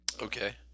Okay